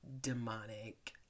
demonic